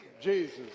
Jesus